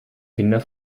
kinder